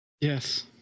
Yes